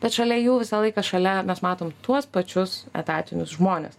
bet šalia jų visą laiką šalia mes matom tuos pačius etatinius žmones